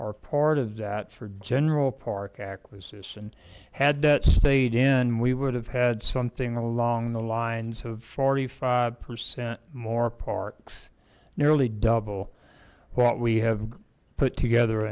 or part of that for general park acquisition had stayed in we would have had something along the lines of forty five percent more parks nearly double what we have put together